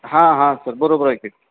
हां हां सर बरोबर आहे की